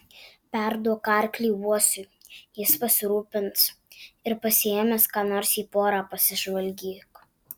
perduok arklį uosiui jis pasirūpins ir pasiėmęs ką nors į porą pasižvalgyk